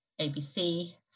ABC